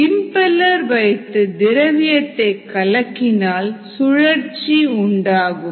impeller வைத்து திரவியத்தை கலக்கினால் சுழற்சி உண்டாகும்